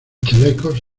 chalecos